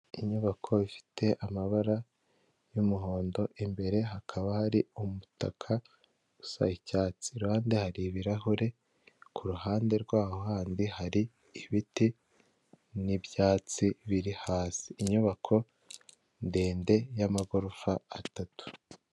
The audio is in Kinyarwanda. Inyubako ifite amabara y'umuhondo imbere hakaba hari umutaka usa icyatsi ku ruhande hari ibirahure kuruhande rw'aho handi hari ibiti n'ibyatsi biri hasi inyubako ndende y'amagorofa atatu.